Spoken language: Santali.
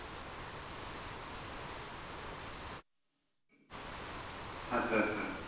ᱟᱪᱪᱷᱟ ᱟᱪᱪᱷᱟ